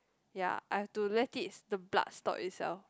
ya I have to let it the blood stop itself